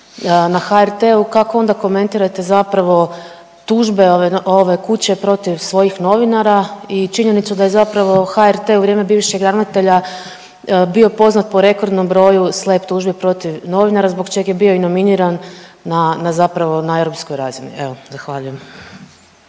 na HRT-u kako onda komentirate zapravo tužbe ove, ove kuće protiv svojih novinara i činjenicu da je zapravo HRT u vrijeme bivšeg ravnatelja bio poznat po rekordnom broju SLAPP tužbi protiv novinara zbog čeg je bio i nominiran na, na zapravo na europskoj razini, evo zahvaljujem.